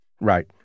Right